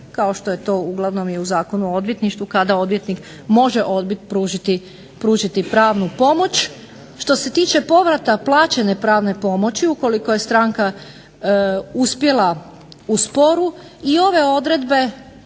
kao što je to uglavnom i u Zakonu o odvjetništvu kada odvjetnik može odbiti pružiti pravnu pomoć. Što se tiče povrata plaćene pravne pomoći ukoliko je stranka uspjela u sporu, i ove odredbe